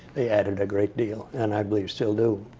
they added a great deal, and i believe still do.